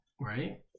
right